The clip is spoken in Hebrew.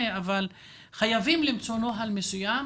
אבל אני חושב שחייבים למצוא נוהל מסוים